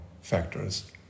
factors